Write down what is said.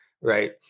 right